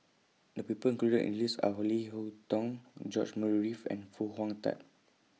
The People included in The list Are Leo Hee Tong George Murray Reith and Foo Hong Tatt